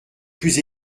plus